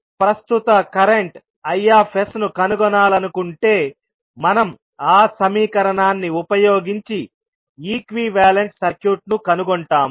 కాబట్టి ప్రస్తుత current Is ను కనుగొనాలనుకుంటే మనం ఆ సమీకరణాన్ని ఉపయోగించి ఈక్వివలెంట్ సర్క్యూట్ను కనుగొంటాము